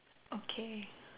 okay